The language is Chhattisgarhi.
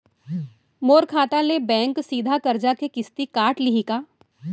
मोर खाता ले बैंक सीधा करजा के किस्ती काट लिही का?